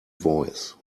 voice